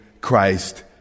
Christ